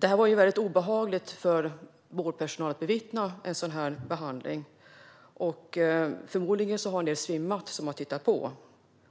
Det var väldigt obehagligt för vårdpersonal att bevittna sådan behandling; förmodligen har en del som har tittat på